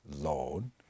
loan